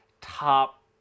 top